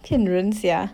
骗人 sia